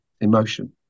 emotion